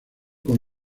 con